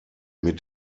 mit